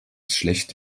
schlecht